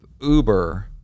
Uber